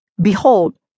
Behold